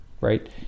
right